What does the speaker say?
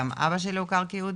גם אבא שלי הוכר כיהודי,